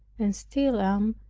and still am,